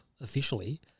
officially